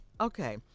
Okay